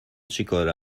چیکاره